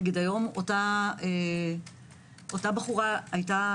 היום אותה בחורה היתה,